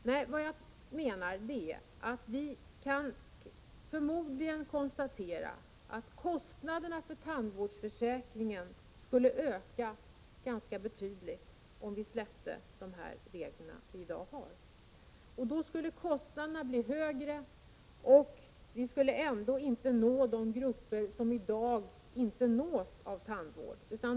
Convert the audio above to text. Nej, vad jag menar är att vi kan förmodligen konstatera att kostnaderna för tandvårdsförsäkringen skulle öka ganska betydligt, om vi avskaffade de regler som vi i dag har. Då skulle kostnaderna bli högre, men vi skulle ändå inte nå de grupper som i dag inte nås av tandvården.